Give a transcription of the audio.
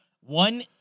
One